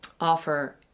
offer